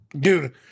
Dude